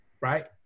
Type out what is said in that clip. Right